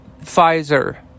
Pfizer